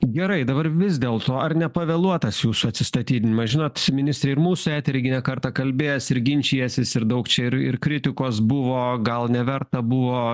gerai dabar vis dėlto ar nepavėluotas jūsų atsistatydinimas žinot ministre ir mūsų etery gi ne kartą kalbėjęs ir ginčijęsis ir daug čia ir ir kritikos buvo gal neverta buvo